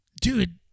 dude